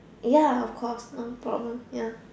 ya of course no problem ya